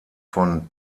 von